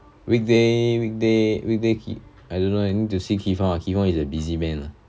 weekday weekday weekday~ I don't know eh need to see kee fong ah kee fong is a busy man